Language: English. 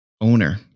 Owner